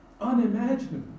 Unimaginable